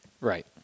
Right